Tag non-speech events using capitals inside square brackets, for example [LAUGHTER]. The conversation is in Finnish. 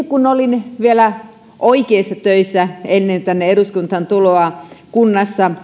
[UNINTELLIGIBLE] kun olin vielä oikeissa töissä kunnassa ennen tänne eduskuntaan tuloa